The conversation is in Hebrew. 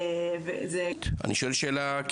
הבעיות הן גדולות וקשות עוד יותר כמו שעלה כאן בדיון,